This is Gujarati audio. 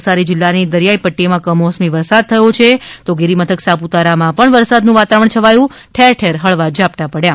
નવસારી જીલ્લાની દરિયાઈ પદ્ટીમાં કમોસમી વરસાદ થયો છે તો ગિરિમથક સાપુતારામાં પણ વરસાદનું વાતાવરણ છવાયું છે અને ઠેર ઠેર હળવા ઝાપટાં થયા છે